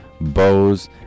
Bose